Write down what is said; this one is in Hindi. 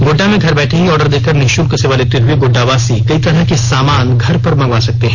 गोड्डा में घर बैठे ही ऑर्डर देकर निशुल्क सेवा लेते हुए गोड्डा वासी कई तरह के सामान घर पर मंगवा सकते हैं